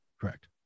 correct